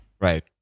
Right